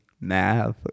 math